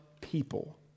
people